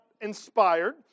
inspired